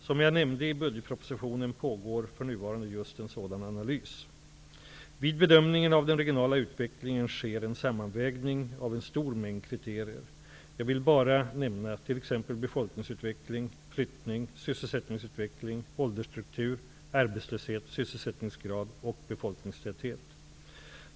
Som jag nämnde i budgetpropositionen pågår för närvarande just en sådan analys. Vid bedömningen av den regionala utvecklingen sker en sammanvägning av en stor mängd kriterier. Jag vill bara nämna t.ex. befolkningsutveckling, flyttning, sysselsättningsutveckling, åldersstruktur, arbetslöshet, sysselsättningsgrad och befolkningstäthet.